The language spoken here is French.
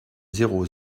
zéro